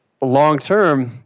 long-term